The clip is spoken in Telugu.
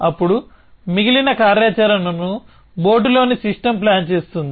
అప్పుడు మిగిలిన కార్యాచరణను బోర్డులోని సిస్టమ్ ప్లాన్ చేస్తుంది